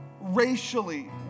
Racially